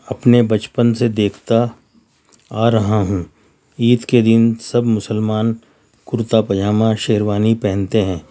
اپنے بچپن سے دیکھتا آ رہا ہوں عید کے دن سب مسلمان کرتا پائجامہ شیروانی پہنتے ہیں